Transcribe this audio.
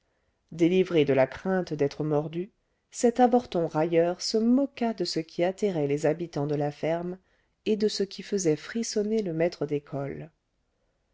délivré de la crainte d'être mordu cet avorton railleur se moqua de ce qui atterrait les habitants de la ferme et de ce qui faisait frissonner le maître d'école